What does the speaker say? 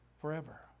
forever